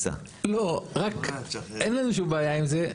רק אין לנו שום בעיה עם זה.